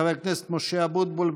חבר הכנסת משה אבוטבול,